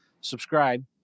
subscribe